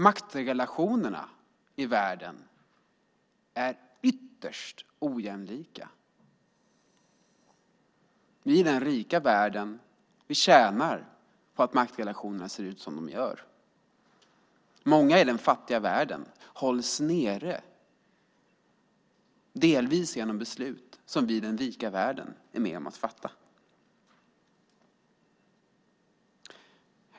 Maktrelationerna i världen är ytterst ojämlika. Vi i den rika världen tjänar på att maktrelationerna ser ut som de gör. Många i den fattiga världen hålls nere delvis genom beslut som vi i den rika världen är med om att fatta.